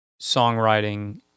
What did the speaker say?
songwriting